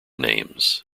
names